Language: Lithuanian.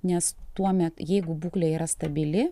nes tuomet jeigu būklė yra stabili